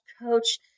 coach